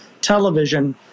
television